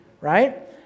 right